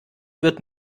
wird